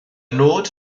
nod